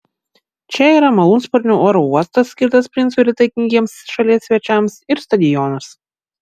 čia yra malūnsparnių oro uostas skirtas princui ir įtakingiems šalies svečiams ir stadionas